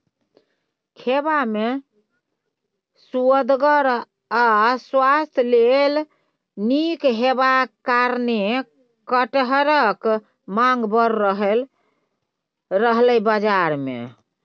खेबा मे सुअदगर आ स्वास्थ्य लेल नीक हेबाक कारणेँ कटहरक माँग बड़ रहय छै बजार मे